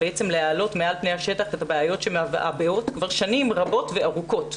להעלות מעל פני השטח את הבעיות שמבעבעות כבר שנים רבות וארוכות,